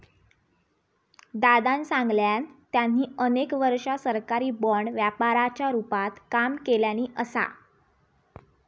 दादानं सांगल्यान, त्यांनी अनेक वर्षा सरकारी बाँड व्यापाराच्या रूपात काम केल्यानी असा